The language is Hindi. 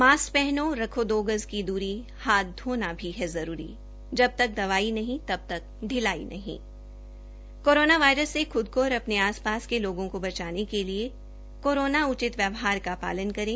मास्क पहनो रखो दो गज की दूरी हाथ धोना भी है जरूरी जब तक दवाई नहीं तब तक शिलाई नहीं कोरोना वायरस से ख्द को और अपने आस पास के लोगों को बचाने के लिए कोरोना उचित व्यवहार का पालन करें